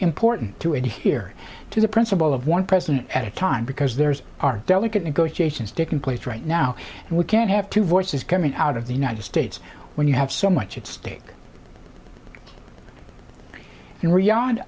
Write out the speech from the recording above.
important to adhere to the principle of one president at a time because there's are delicate negotiations taking place right now and we can't have two voices coming out of the united states when you have so much at stake in riyadh